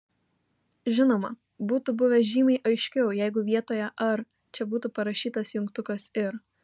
žinoma būtų buvę žymiai aiškiau jeigu vietoje ar čia būtų parašytas jungtukas ir